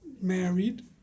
married